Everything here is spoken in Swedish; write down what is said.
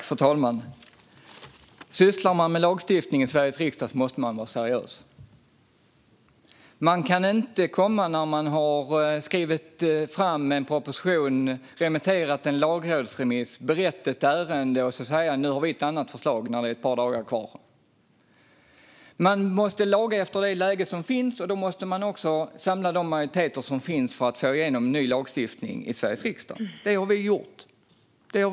Fru talman! Sysslar man med lagstiftning i Sveriges riksdag måste man vara seriös. Man kan inte komma när man har skrivit en proposition, remitterat en lagrådsremiss och berett ett ärende och säga "Nu har vi ett annat förslag", när det är ett par dagar kvar. Man måste laga efter läge, och då måste man också samla de majoriteter som finns för att få igenom ny lagstiftning i Sveriges riksdag. Det har vi gjort.